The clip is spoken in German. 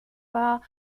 war